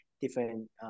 different